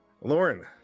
lauren